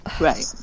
Right